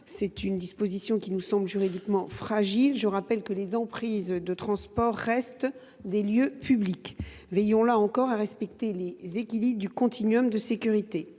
et de la RATP nous semble juridiquement fragile. Je rappelle que les emprises de transport restent des lieux publics. Veillons, là encore, à respecter les équilibres du continuum de sécurité.